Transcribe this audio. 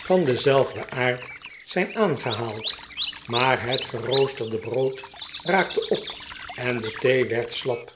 van denzelfden aard zijn aangehaald maar het geroosterde brood raakte op en de thee werd slap